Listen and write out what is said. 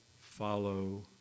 follow